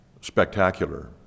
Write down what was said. spectacular